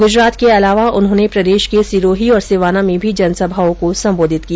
गुजरात के अलावा उन्होंने प्रदेश के सिरोही और सिवाना में भी जनसभाओं को संबोधित किया